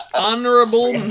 Honorable